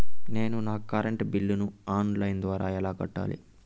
నేను నా కరెంటు బిల్లును ఆన్ లైను ద్వారా ఎలా కట్టాలి?